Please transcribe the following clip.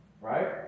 Right